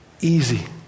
Easy